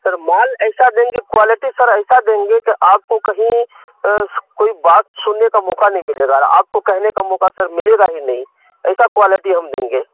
سر مال ایسا دیں گے کوالٹی سر ایسا دیں گے کہ آپ کو کہیں کوئی بات سننے کا موقع نہیں ملے گا اور آپ کو کہنے کا موقع سر ملے گا ہی نہیں ایسا کوالٹی ہم دیں گے